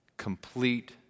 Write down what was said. Complete